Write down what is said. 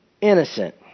innocent